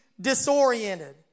disoriented